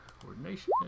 Coordination